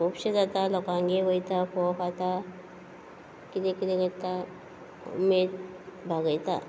खुबशे जाता लोकांगे वयता फोव खाता कितें कितें करता उमेद भागयता